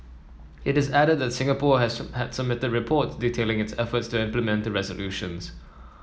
it added that Singapore had submitted reports detailing its efforts to implement the resolutions